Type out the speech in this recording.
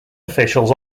officials